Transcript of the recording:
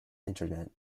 internet